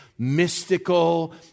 mystical